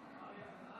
יפה.